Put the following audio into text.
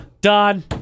Done